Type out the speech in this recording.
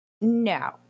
No